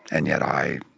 and yet i,